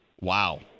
Wow